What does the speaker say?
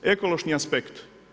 Ekološki aspekt.